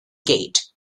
gait